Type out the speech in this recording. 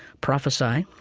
prophesy,